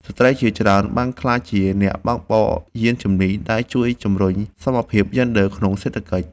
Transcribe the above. ស្ត្រីជាច្រើនបានក្លាយជាអ្នកបើកបរយានជំនិះ ដែលជួយជំរុញសមភាពយេនឌ័រក្នុងសេដ្ឋកិច្ច។